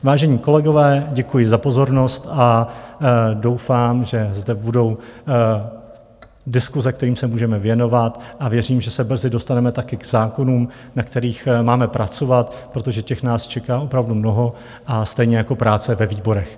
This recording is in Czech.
Vážení kolegové, děkuji za pozornost a doufám, že zde budou diskuse, kterým se můžeme věnovat, a věřím, že se brzy dostaneme taky k zákonům, na kterých máme pracovat, protože těch nás čeká opravdu mnoho, stejně jako práce ve výborech.